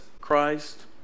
Christ